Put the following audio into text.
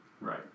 Right